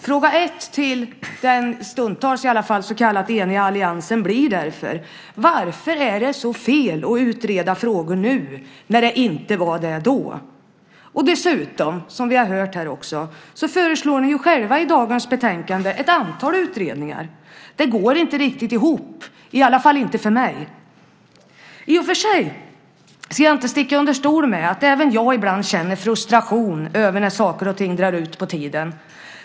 Fråga 1 till den i alla fall stundtals så kallade eniga alliansen blir därför: Varför är det så fel att utreda frågor nu, när det inte var det då? Dessutom, som vi har hört här också, föreslår ni själva i dagens betänkande ett antal utredningar. Det går inte riktigt ihop, i alla fall inte för mig. I och för sig ska jag inte sticka under stol med att även jag ibland känner frustration över när saker och ting drar ut på tiden.